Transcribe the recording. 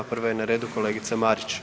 Prva je na redu kolegica Marić.